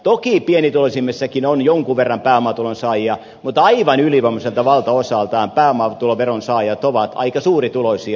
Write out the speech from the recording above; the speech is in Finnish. toki pienituloisimmissakin on jonkun verran pääomatulon saajia mutta aivan ylivoimaiselta valtaosaltaan pääomatuloveron saajat ovat aika suurituloisia